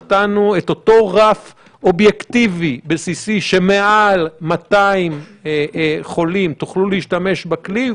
נתנו את אותו רף אובייקטיבי בסיסי שמעל 200 חולים תוכלו להשתמש בכלי,